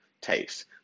taste